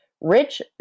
Rich